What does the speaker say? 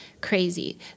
crazy